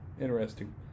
Interesting